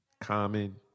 Common